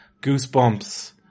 Goosebumps